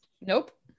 nope